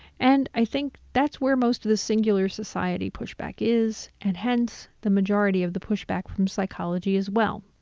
and i think that's where most of the singular society pushback is, and hence the majority of the pushback from psychology as well.